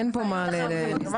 אין פה מה להזדרז.